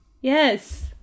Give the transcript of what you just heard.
Yes